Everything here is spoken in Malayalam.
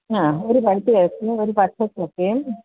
ആ ഒര് പഴുത്ത ചക്കയും ഒരു പച്ച ചക്കയും